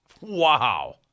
Wow